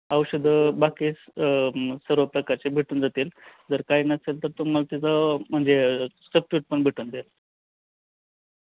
औषधं बाकी सर्व प्रकारचे भेटून जातील जर काय नसेेल तर तुम्हाला त्याचं म्हणजे सबट्यूट पण भेटून देईल